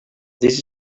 this